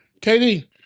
KD